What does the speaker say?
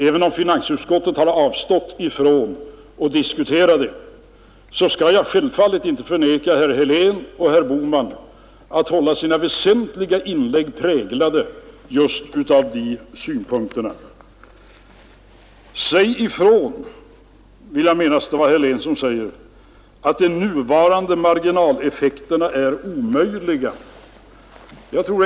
Även om finansutskottet har avstått från att i detta sammanhang ta upp skattefrågorna skall jag självfallet inte neka herr Bohman och herr Helén glädjen att i sina inlägg ta upp även de synpunkterna. Herr Helén sade att de nuvarande marginaleffekterna är omöjliga i längden.